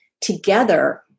together